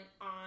on